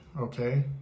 okay